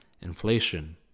inflation